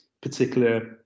particular